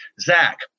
Zach